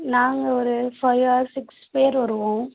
நாங்கள் ஒரு five or six பேர் வருவோம்